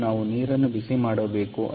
ಆದ್ದರಿಂದ ನಾವು ನೀರನ್ನು ಬಿಸಿ ಮಾಡಬೇಕು